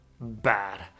bad